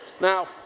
Now